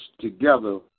together